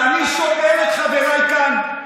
אתם עם האלימות שלכם מקעקעים את מוסד הכנסת.